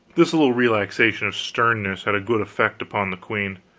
this little relaxation of sternness had a good effect upon the queen.